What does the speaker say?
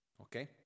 okay